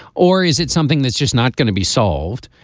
or is it something that's just not going to be solved.